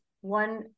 one